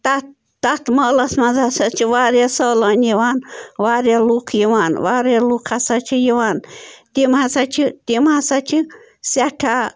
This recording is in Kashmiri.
تتھ تَتھ مٲلَس منٛز ہسا چھِ واریاہ سٲلٲنۍ یِوان واریاہ لُکھ یِوان واریاہ لُکھ ہسا چھِ یِوان تِم ہسا چھِ تِم ہسا چھِ سٮ۪ٹھاہ